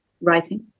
writing